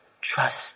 Trust